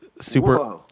super